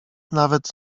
nawet